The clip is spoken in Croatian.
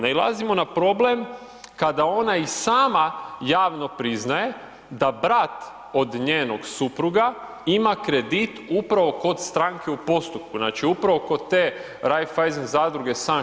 Nailazimo na problem kada ona i sama javno priznaje da brat od njenog supruga ima kredit upravo kod stranke u postupku, znači upravo kod te Raiffeisen zadruge St.